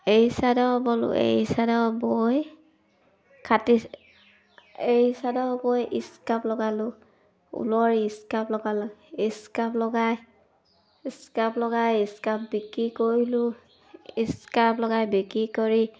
এড়ী চাদৰ বলোঁ এড়ী চাদৰ বৈ কাটি এড়ী চাদৰ বৈ ইস্কাপ লগালোঁ ঊলৰ ইস্কাপ লগালোঁ ইস্কাপ লগাই ইস্কাপ লগাই ইস্কাপ বিক্ৰী কৰিলোঁ ইস্কাপ লগাই বিক্ৰী কৰি